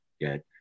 get